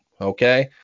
okay